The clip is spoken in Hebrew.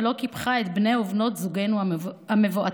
ולא קיפחה את בני ובנות זוגנו המבועתים.